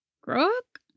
crook